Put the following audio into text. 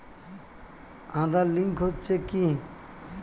Aadhaar link হচ্ছে কি?